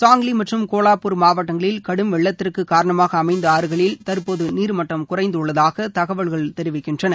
சாங்லி மற்றம் கோலாப்பூர் மாவட்டங்களில் கடும் வெள்ளத்திற்கு காரணமாக அமைந்த ஆறுகளில் தற்போது நீர்மட்டம் குறைந்துள்ளதாக தகவல்கள் தெரிவிக்கின்றன